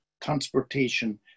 transportation